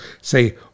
say